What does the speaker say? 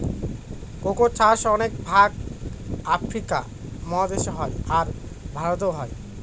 cocoa চাষ অনেক ভাগ আফ্রিকা মহাদেশে হয়, আর ভারতেও হয়